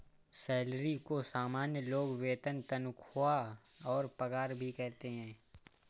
salary को सामान्य लोग वेतन तनख्वाह और पगार भी कहते है